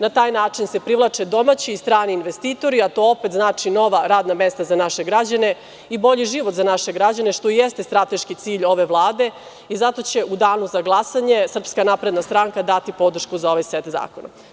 Na taj način se privlače domaći i strani investitori, a to opet znači nova radna mesta za naše građane i bolji život za naše građane, što i jeste strateški cilj ove Vlade i zato će u danu za glasanje SNS dati podršku za ovaj set zakona.